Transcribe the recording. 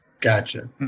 Gotcha